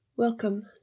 Welcome